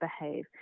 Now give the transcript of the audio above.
behave